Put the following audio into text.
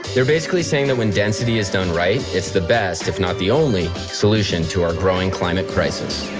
they're basically saying that when density is done right, it's the best if not the only solution to our growing climate crisis.